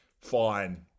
fine